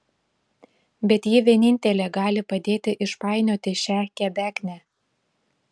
bet ji vienintelė gali padėti išpainioti šią kebeknę